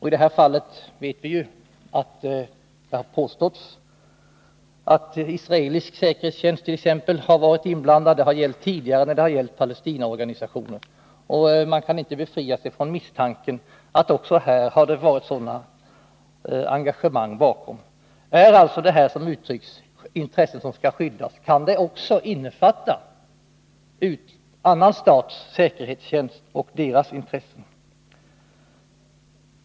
I detta fall vet vi ju att det har påståtts att israelisk säkerhetstjänst har varit inblandad. Så har det varit tidigare när det har gällt Palestinaorganisationer. Man kan inte befria sig från misstanken att det också här har varit sådana engagemang. Kan alltså uttrycket ”det intresse sekretessen skall skydda” också innefatta annan stats säkerhetstjänst och dess intressen?